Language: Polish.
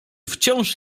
wciąż